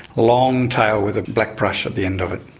long tail with a black brush at the end of it.